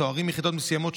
סוהרים מיחידות מסוימות,